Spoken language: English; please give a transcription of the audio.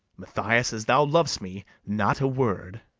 mathias, as thou lov'st me, not a word.